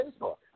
Facebook